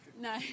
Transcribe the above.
no